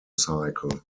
cycle